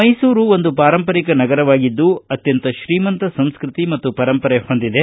ಮೈಸೂರು ಒಂದು ಪಾರಂಪರಿಕ ನಗರವಾಗಿದ್ದು ಅತ್ಯಂತ ಶ್ರೀಮಂತ ಸಂಸ್ಟತಿ ಮತ್ತು ಪರಂಪರೆ ಹೊಂದಿದೆ